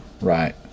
Right